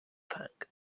tank